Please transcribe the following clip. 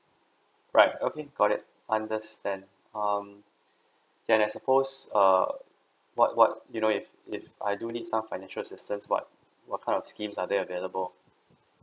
right okay got it understand um and I suppose err what what you know if if I do need some financial assistance what what kind of schemes are there available